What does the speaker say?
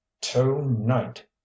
to-night